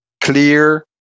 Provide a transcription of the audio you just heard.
clear